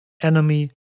enemy